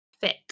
fit